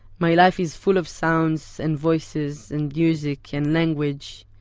my life is full of sounds and voices, and music, and language.